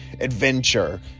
adventure